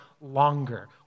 longer